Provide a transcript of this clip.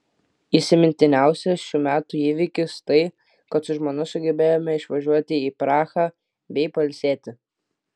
įsimintiniausias šių metų įvykis tai kad su žmona sugebėjome išvažiuoti į prahą bei pailsėti